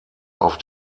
auf